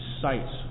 sites